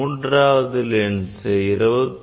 மூன்றாவது லென்சை 29